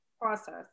process